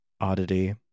oddity